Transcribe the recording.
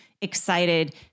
excited